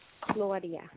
Claudia